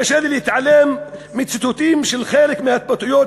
קשה לי להתעלם מציטוטים של חלק מהתבטאויות